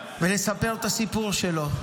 ולספר את הסיפור שלו.